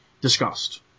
discussed